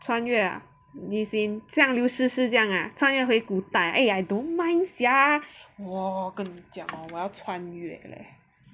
穿越 ah as in 这样刘诗诗这样啊穿越回古代 eh I don't mind sia 我跟你讲讲我要穿越 leh